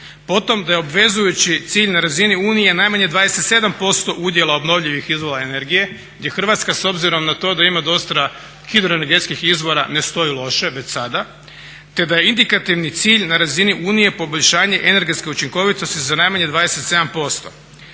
Potom da je obvezujući cilj na razini Unije najmanje 27% udjela obnovljivih izvora energije gdje Hrvatska s obzirom na to da ima dosta hidroenergetskih izvora ne stoji loše, već sada. Te da je indikativni cilj na razini Unije poboljšanje energetske učinkovitosti za najmanje 27%.